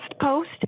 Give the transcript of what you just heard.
post